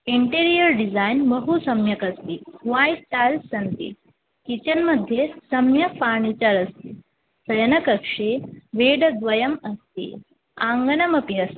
interior design बहुसम्यक् अस्ति white tiles सन्ति किचेन् मध्ये सम्यक् फार्निचर् अस्ति शयनकक्षे बेड्द्वयम् अस्ति आङ्गणमपि अस्ति